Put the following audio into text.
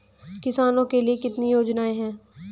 किसानों के लिए कितनी योजनाएं हैं?